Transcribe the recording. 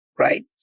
right